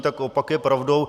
Tak opak je pravdou.